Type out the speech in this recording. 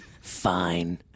Fine